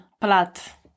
plat